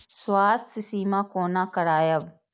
स्वास्थ्य सीमा कोना करायब?